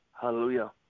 Hallelujah